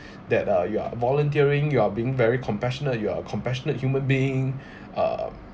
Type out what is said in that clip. that uh you are volunteering you are being very compassionate you are a compassionate human being ugh